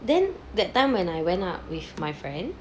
then that time when I went with my friend